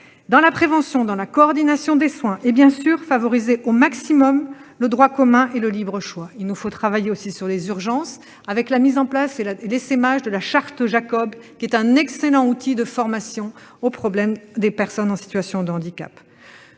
anormale - et la coordination des soins et, bien sûr, de favoriser au maximum le droit commun et le libre choix. Il nous faut également travailler sur les urgences, avec la mise en place et l'essaimage de la charte Jacob, un excellent outil de formation aux problèmes des personnes en situation de handicap.